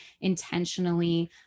intentionally